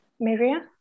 Maria